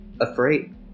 Afraid